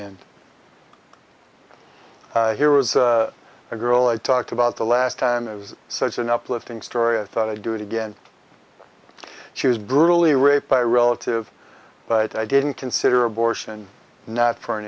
and here was a girl i talked about the last time it was such an uplifting story i thought i'd do it again she was brutally raped by relative but i didn't consider abortion for an